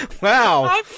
Wow